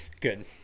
good